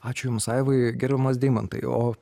ačiū jums aivai gerbiamas deimantai o